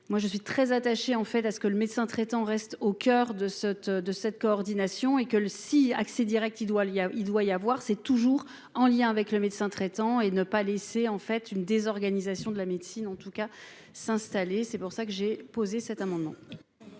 Moi je suis très attaché, en fait à ce que le médecin traitant, reste au coeur de cette de cette coordination et que le si accès Direct il doit le, il y a, il doit y avoir, c'est toujours en lien avec le médecin traitant et ne pas laisser en fait une désorganisation de la médecine. En tout cas s'installer. C'est pour ça que j'ai posée cet amendement.